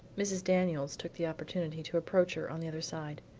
mrs. daniels took the opportunity to approach her on the other side.